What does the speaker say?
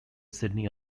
sydney